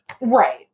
Right